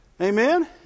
Amen